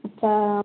तब